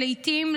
ולעיתים,